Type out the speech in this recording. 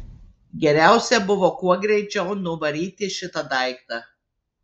geriausia buvo kuo greičiau nuvaryti šitą daiktą